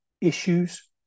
issues